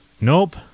Nope